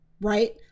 right